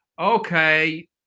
okay